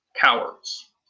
cowards